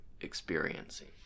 experiencing